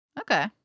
Okay